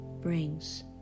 brings